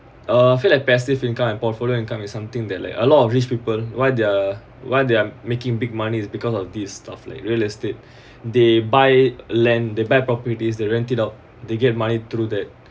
uh feel like passive income and portfolio income is something that like a lot of these people why they're why they're making big money is because of this stuff like real estate they buy land they buy properties they rent it out they get money through that